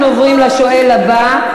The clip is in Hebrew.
אנחנו עוברים לשואל הבא.